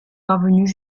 parvenus